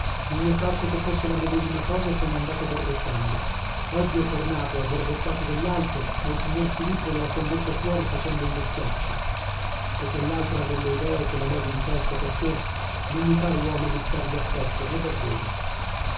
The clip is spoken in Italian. non gli è parso che fosse la medesima cosa e se n'è andato borbottando oggi è tornato ha borbottato dell'altro e il signor filippo lo ha condotto fuori facendo gli occhiacci se quell'altro ha delle idee se le levi di testa perchè non mi par uomo da stargli a petto no davvero